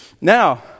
Now